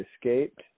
escaped